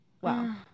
Wow